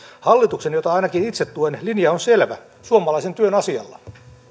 hallituksen jota ainakin itse tuen linja on selvä suomalaisen työn asialla